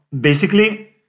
basically-